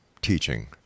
teaching